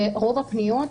רוב הפניות,